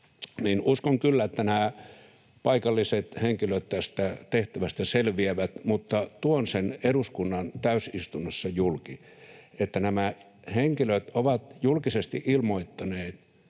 Uskon kyllä, että nämä paikalliset henkilöt tästä tehtävästä selviävät, mutta tuon eduskunnan täysistunnossa julki, että nämä henkilöt ovat julkisesti ilmoittaneet,